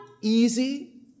easy